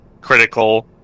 critical